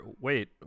Wait